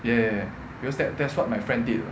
ya because that that's what my friend did